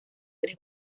tres